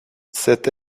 cette